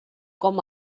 com